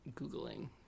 Googling